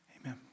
Amen